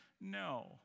No